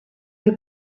you